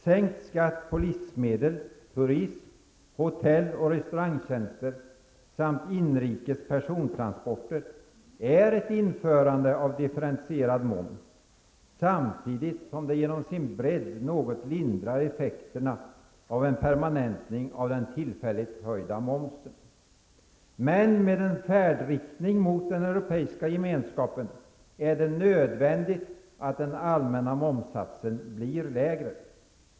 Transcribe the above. Sänkt skatt på livsmedel, turism, hotell och restaurangtjänster samt inrikes persontransporter utgör ett införande av differentierad moms, samtidigt som det genom sin bredd något lindrar effekterna av en permanentning av den tillfälligt höjda momsen. Men, med en färdriktning mot Europeiska gemenskapen är det nödvändigt att den allmänna momssatsen blir lägre.